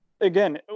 again